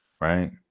right